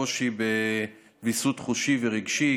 קושי בוויסות חושי ורגשי,